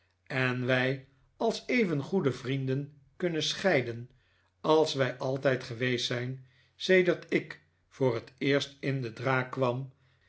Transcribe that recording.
en wij als even goede vrienden kunneh scheiden als wij altijd geweest zijn sedert ik voor het eerst in de draak kwam